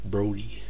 Brody